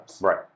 right